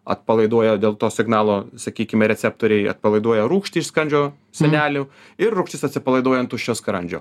atpalaiduoja dėl to signalo sakykime receptoriai atpalaiduoja rūgštį iš skrandžio sienelių ir rūgštis atsipalaiduoja ant tuščio skrandžio